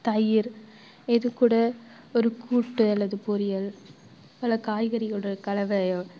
தயிர் இதுக்கூட ஒரு கூட்டு அல்லது பொரியல் நல்லா காய்கறிகளோட கலவையோ